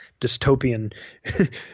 dystopian